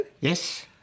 Yes